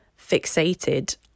fixated